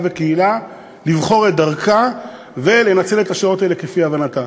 וקהילה לבחור את דרכם ולנצל את השעות האלה כפי הבנתם.